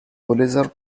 pulitzer